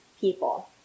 people